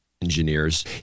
engineers